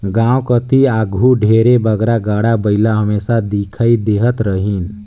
गाँव कती आघु ढेरे बगरा गाड़ा बइला हमेसा दिखई देहत रहिन